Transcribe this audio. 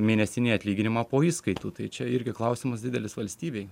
mėnesinį atlyginimą po įšskaitų tai čia irgi klausimas didelis valstybei